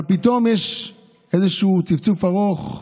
אבל פתאום יש איזה צפצוף ארוך ארוך,